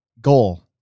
goal